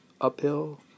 uphill